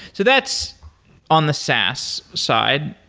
so that's on the saas side.